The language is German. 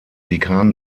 dekan